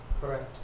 Correct